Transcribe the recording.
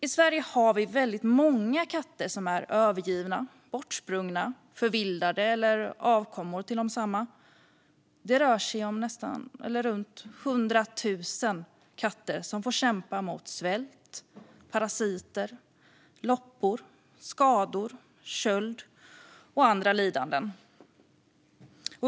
I Sverige har vi väldigt många katter som är övergivna, bortsprungna, förvildade eller avkommor till desamma. Det rör sig om runt 100 000 katter som får kämpa mot svält, parasiter, loppor, skador, köld och andra lidanden.